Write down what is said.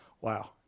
wow